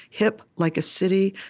hip like a city,